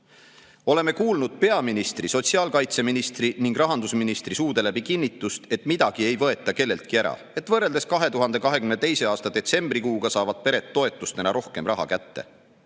Oleme kuulnud peaministri, sotsiaalkaitseministri ning rahandusministri suude läbi kinnitust, et midagi ei võeta kelleltki ära, et võrreldes 2022. aasta detsembrikuuga saavad pered toetustena rohkem raha kätte.